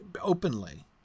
openly